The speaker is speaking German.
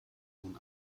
nun